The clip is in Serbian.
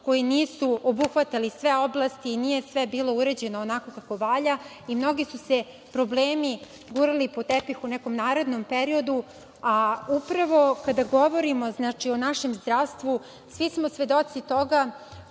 koji nisu obuhvatali sve oblasti i nije sve bilo uređeno onako kako valja i mnogi su se problemi gurali pod tepih u nekom narednom periodu, a upravo kada govorimo o našem zdravstvu svi smo svedoci toga